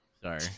Sorry